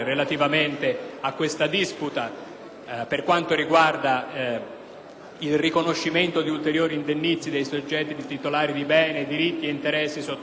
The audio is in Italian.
al riconoscimento di ulteriori indennizzi in favore di soggetti titolari di beni, diritti ed interessi sottoposti a misure limitative